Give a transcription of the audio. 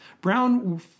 Brown